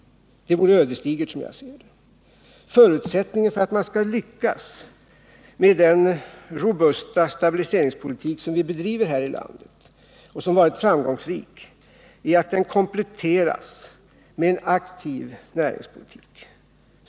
Det vore ödesdigert som jag ser det. Förutsättningen för att man skall lyckas med den rohusta stabiliseringspolitik som vi bedriver här i landet och som varit framgångsrik är att den kompletteras med en aktiv näringspolitik.